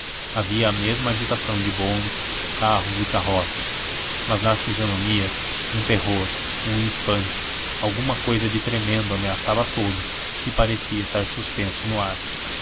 havia a mesma agitação de bondes carros e carroças mas nas fisionomias um terror um espanto alguma cousa de tremendo ameaçava todos e parecia estar suspenso no ar